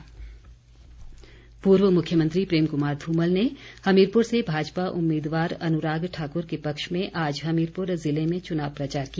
धुमल पूर्व मुख्यमंत्री प्रेम कुमार धूमल ने हमीरपुर से भाजपा उम्मीदवार अनुराग ठाक्र के पक्ष में आज हमीरपुर जिले में चुनाव प्रचार किया